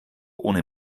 ohne